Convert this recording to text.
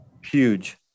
Huge